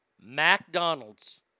McDonald's